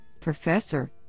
Professor